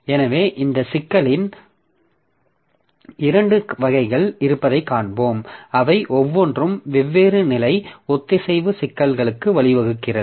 எனவே இந்த சிக்கலின் இரண்டு வகைகள் இருப்பதைக் காண்போம் அவை ஒவ்வொன்றும் வெவ்வேறு நிலை ஒத்திசைவு சிக்கல்களுக்கு வழிவகுக்கிறது